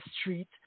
Street